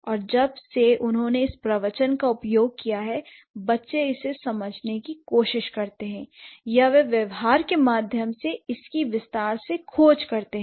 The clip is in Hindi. और जब से उन्होंने इस प्रवचन का उपयोग किया है बच्चे इसे समझने की कोशिश करते हैं या वे व्यवहार के माध्यम से इसकी विस्तार से खोज करते हैं